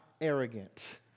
arrogant